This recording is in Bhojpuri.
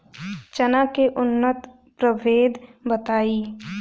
चना के उन्नत प्रभेद बताई?